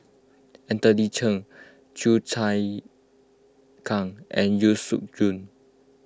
Anthony Chen Chua Chim Kang and Yeo Siak Goon